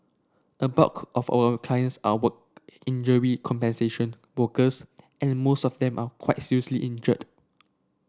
a bulk of our clients are work injury compensation workers and most of them are quite seriously injured